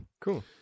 Cool